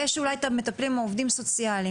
יש אולי עובדים סוציאלים,